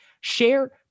share